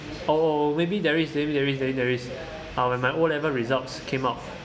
oh maybe there is there is there is there is uh when my O level results came out